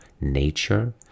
nature